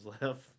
left